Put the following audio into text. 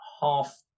half